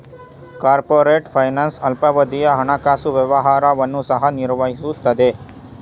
corporate finance ಅಲ್ಪಾವಧಿಯ ಹಣಕಾಸು ವ್ಯವಹಾರವನ್ನು ಸಹ ನಿರ್ವಹಿಸುತ್ತದೆ